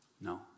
No